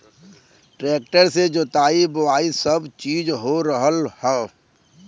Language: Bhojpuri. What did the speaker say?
ट्रेक्टर से जोताई बोवाई सब चीज हो रहल हौ